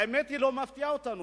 האמת, זה לא מפתיע אותנו.